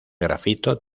grafito